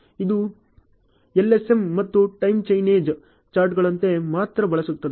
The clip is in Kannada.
ಇದು LSM ಮತ್ತು ಟೈಮ್ ಚೈನೇಜ್ ಚಾರ್ಟ್ಗಳಂತೆ ಮಾತ್ರ ಬಳಸುತ್ತದೆ